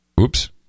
oops